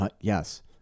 Yes